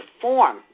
form